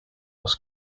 was